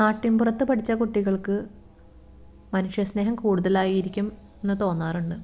നാട്ടിൻപുറത്ത് പഠിച്ച കുട്ടികൾക്ക് മനുഷ്യസ്നേഹം കൂടുതലായിരിക്കും എന്ന് തോന്നാറുണ്ട്